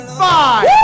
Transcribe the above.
five